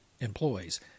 employees